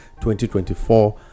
2024